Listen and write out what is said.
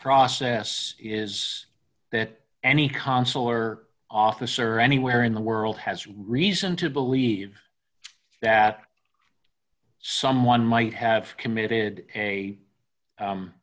process is that any consular officer anywhere in the world has reason to believe that someone might have committed a